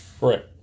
Right